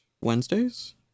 Wednesdays